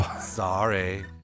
Sorry